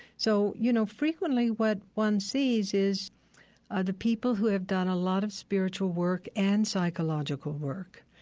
so, you know, frequently, what one sees is ah the people who have done a lot of spiritual work and psychological work,